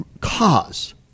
cause